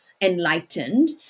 enlightened